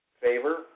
favor